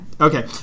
Okay